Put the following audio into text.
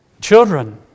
children